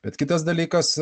bet kitas dalykas